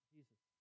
Jesus